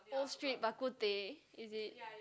Old Street Bak-Kut-Teh is it